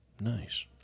Nice